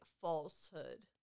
falsehood